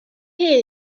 hear